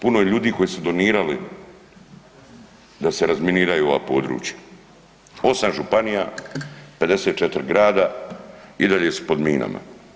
Puno je ljudi koji su donirali da se razminiraju ova područja 8 županija, 54 grada i dalje su pod minama.